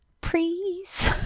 Please